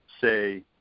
say